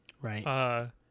Right